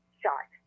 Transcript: shot